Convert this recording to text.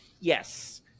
Yes